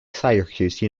syracuse